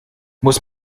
muss